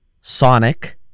Sonic